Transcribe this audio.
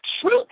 truth